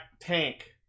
tank